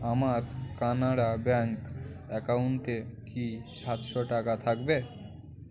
আমার কানাারা ব্যাঙ্ক অ্যাকাউন্টে কি সাতশো টাকা থাকবে